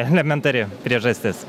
elementari priežastis